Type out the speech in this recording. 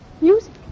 Music